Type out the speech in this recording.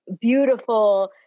beautiful